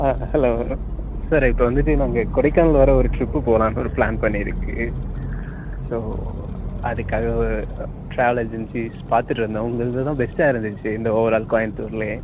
ஆ hello sir இப்போ வந்துட்டு நாங்கள் கொடைக்கானல் வரை ஒரு ட்ரிப்பு போகலான்னு ஒரு ப்ளான் பண்ணியிருக்கு ஸோ அதுக்காக ட்ராவல் ஏஜென்ஸீஸ் பார்த்துட்ருந்தோம் உங்களது தான் பெஸ்ட்டாக இருந்துச்சு இந்த ஓவர் ஆல் கோயம்புத்தூரிலே